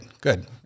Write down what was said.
Good